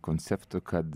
konceptų kad